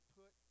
put